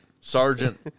sergeant